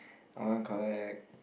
I want collect